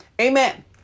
Amen